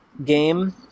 game